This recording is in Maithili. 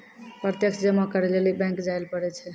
प्रत्यक्ष जमा करै लेली बैंक जायल पड़ै छै